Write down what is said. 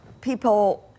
people